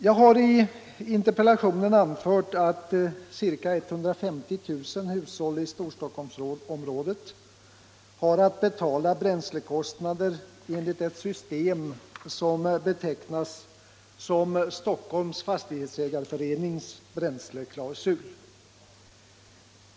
Jag har i interpellationen anfört att ca 150 000 hushåll i Storstockholmsområdet har att betala bränslekostnader enligt ett system som betecknas som ”Stockholms Fastighetsägareförenings bränsleklausul”.